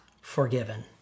forgiven